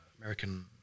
American